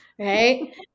right